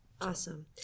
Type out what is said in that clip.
Awesome